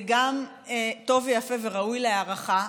גם זה טוב יפה וראוי להערכה.